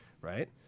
right